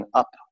up